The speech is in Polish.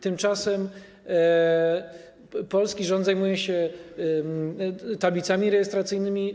Tymczasem polski rząd zajmuje się tablicami rejestracyjnymi.